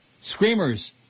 Screamers